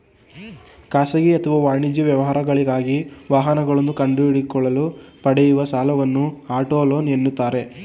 ಖಾಸಗಿ ಅಥವಾ ವಾಣಿಜ್ಯ ವ್ಯವಹಾರಗಳಿಗಾಗಿ ವಾಹನಗಳನ್ನು ಕೊಂಡುಕೊಳ್ಳಲು ಪಡೆಯುವ ಸಾಲವನ್ನು ಆಟೋ ಲೋನ್ ಎನ್ನುತ್ತಾರೆ